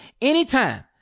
anytime